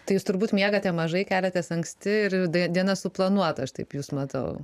tai jūs turbūt miegate mažai keliatės anksti ir diena suplanuota aš taip jus matau